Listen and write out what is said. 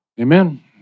Amen